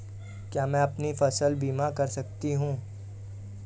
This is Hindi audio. क्या मैं अपनी फसल बीमा करा सकती हूँ?